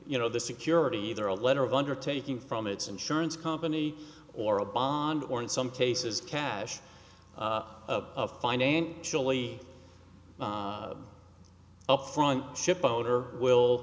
you know the security either a letter of undertaking from its insurance company or a bond or in some cases cash of financially up front ship owner will